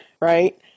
right